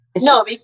No